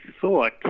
thought